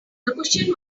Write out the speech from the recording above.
cushion